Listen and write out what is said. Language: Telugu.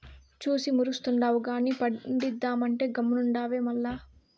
చూసి మురుస్తుండావు గానీ పండిద్దామంటే గమ్మునుండావే మల్ల